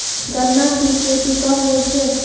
गन्ना की खेती कब होय छै?